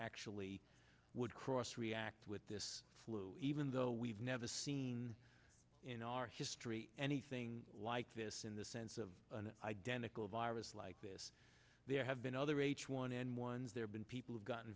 actually would cross react with this flu even though we've never seen in our history anything like this in the sense of an identical virus like this there have been other h one n one has there been people have gotten